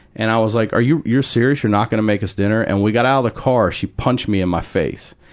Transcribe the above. and i was like, you, you're serious? you're not gonna make us dinner? and we got out the car, she punched me in my face.